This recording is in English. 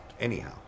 anyhow